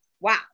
wow